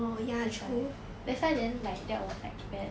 that's why that's why then like that was like bad